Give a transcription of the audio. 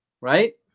Right